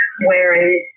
Whereas